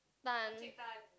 Tan